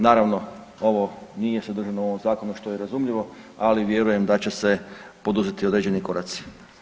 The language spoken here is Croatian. Naravno ovo nije sadržano u ovom zakonu što je razumljivo, ali vjerujem da će se poduzeti određeni koraci.